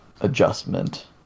adjustment